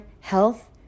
health